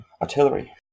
Artillery